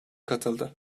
katıldı